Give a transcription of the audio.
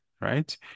right